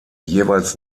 jeweils